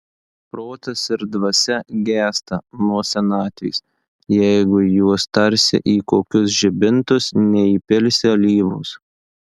protas ir dvasia gęsta nuo senatvės jeigu į juos tarsi į kokius žibintus neįpilsi alyvos